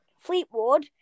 Fleetwood